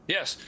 Yes